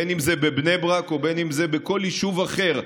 בין אם זה בבני ברק או בכל יישוב אחר.